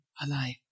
alive